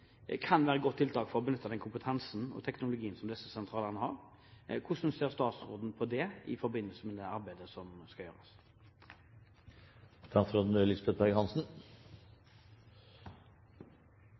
være et godt tiltak for å benytte den kompetansen og teknologien som disse sentralene har. Hvordan ser statsråden på det i forbindelse med det arbeidet som skal